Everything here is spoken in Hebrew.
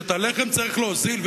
שאת הלחם צריך להוזיל,